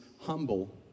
humble